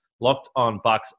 lockedonbucks